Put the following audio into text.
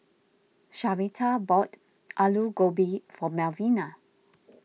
Sharita bought Alu Gobi for Melvina